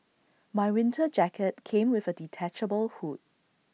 my winter jacket came with A detachable hood